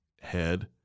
head